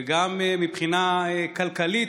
וגם מבחינה כלכלית,